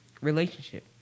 Relationship